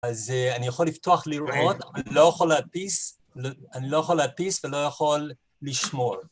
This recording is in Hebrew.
אז אני יכול לפתוח לראות, אני לא יכול להדפיס, אני לא יכול להדפיס ולא יכול לשמור